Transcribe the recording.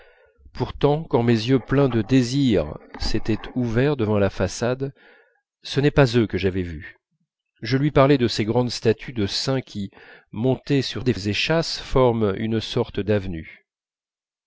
pourtant quand mes yeux pleins de désirs s'étaient ouverts devant la façade ce n'est pas eux que j'avais vus je lui parlais de ces grandes statues de saints qui montées sur des échasses forment une sorte d'avenue